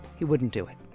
he wouldn't do it